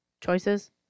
Choices